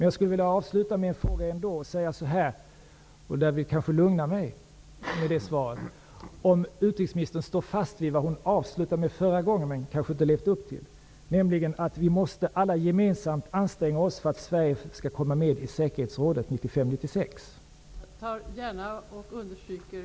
Jag vill avsluta med en fråga, så att utrikesministern kanske lugnar mig: Står utrikesministern fast vid vad hon avslutade sitt svar med men kanske inte har levt upp till, nämligen att vi alla måste gemensamt anstränga oss för att Sverige skall komma med i säkerhetsrådet 1995--1996?